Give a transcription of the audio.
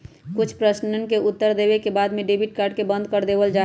कुछ प्रश्नवन के उत्तर देवे के बाद में डेबिट कार्ड के बंद कर देवल जाहई